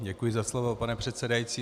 Děkuji za slovo, pane předsedající.